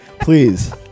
Please